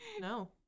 No